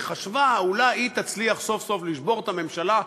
היא חשבה שאולי היא תצליח סוף-סוף לשבור את הממשלה,